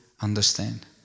understand